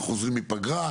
אנחנו חוזרים מפגרה,